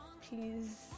please